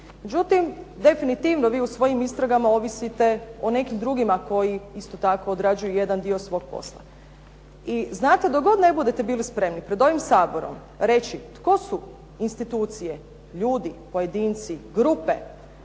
Međutim, definitivno vi u svojim istragama ovisite o nekim drugima koji isto tako odrađuju jedan dio svog posla. I znate dok god ne budete bili spremni pred ovim Saborom reći, tko su institucije ljudi, pojedinci, grupe